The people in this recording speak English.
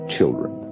Children